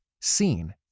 seen